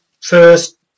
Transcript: first